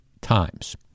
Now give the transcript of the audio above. times